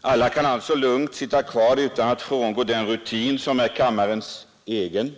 Alla kan alltså lugnt sitta kvar utan att frångå den rutin som är kammarens egen.